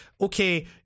okay